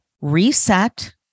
reset